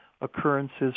occurrences